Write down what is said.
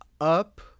up